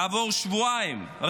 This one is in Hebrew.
כעבור שבועיים,